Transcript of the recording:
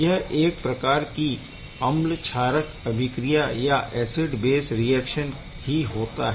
यह एक प्रकार की अम्ल क्षारक अभिक्रिया या ऐसिड बेस रिएक्शन ही होता है